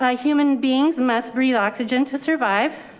ah human beings must breathe oxygen to survive,